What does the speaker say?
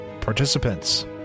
participants